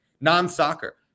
Non-soccer